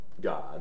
God